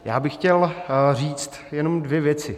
Já bych chtěl říct jenom dvě věci.